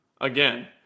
Again